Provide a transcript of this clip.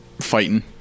fighting